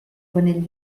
panell